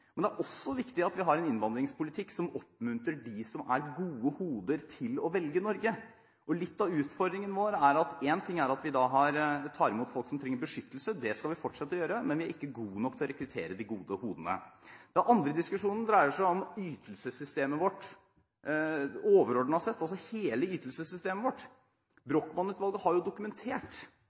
men det er også viktig at vi har en innvandringspolitikk som oppmuntrer gode hoder til å velge Norge. Én ting er at vi tar imot folk som trenger beskyttelse. Det skal vi fortsette å gjøre. Men vi er ikke gode nok til å rekruttere de gode hodene. Det er litt av utfordringen vår. Den andre diskusjonen dreier seg om ytelsessystemet vårt overordnet sett, altså hele ytelsessystemet vårt. Brochmann-utvalget har jo dokumentert